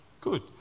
good